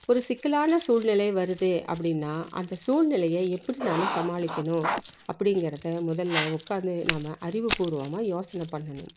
ஒரு சிக்கலான சூழ்நிலை வருது அப்படின்னா அந்த சூழ்நிலைய எப்படி நாம் சமாளிக்கணும் அப்படிங்கிறத முதலில் உட்காந்து நாம் அறிவுபூர்வமாக யோசனை பண்ணணும்